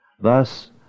Thus